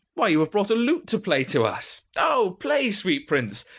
why, you have brought a lute to play to us. oh! play, sweet prince.